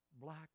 black